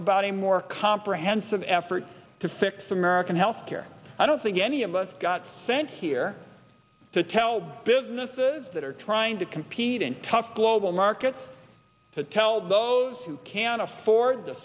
about a more comprehensive effort to fix american health care i don't think any of us got sent here to tell businesses that are trying to compete in tough global markets to tell those who can afford the